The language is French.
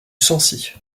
sancy